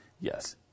Yes